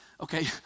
okay